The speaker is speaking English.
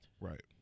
right